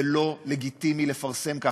זה לא לגיטימי לפרסם ככה.